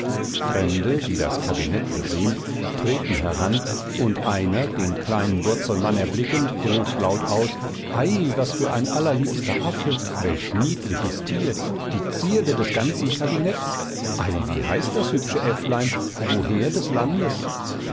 fremde die das kabinett besehen treten heran und einer den kleinen wurzelmann erblickend ruft laut aus ei was für ein allerliebster affe welch niedliches tier die zierde des ganzen kabinetts ei wie heißt das hübsche äfflein woher des landes